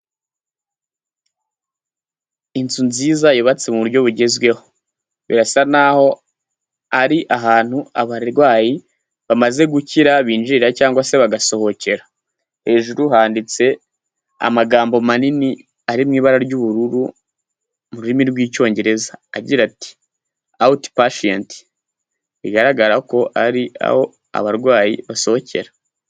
Inzu nziza yubatse mu buryo bugezweho, birasa n'aho ari ahantu abarwayi bamaze gukira binjirira cyangwa se bagasohokera, hejuru handitse amagambo manini ari mu ibara ry'ubururu mu rurimi rw'icyongereza agira ati''Out patient.'' bigaragara ko ari aho abarwayi basohokera.